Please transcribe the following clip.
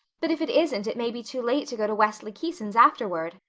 but if it isn't it may be too late to go to wesley keyson's afterward.